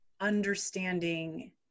understanding